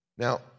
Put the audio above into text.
Now